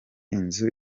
inzu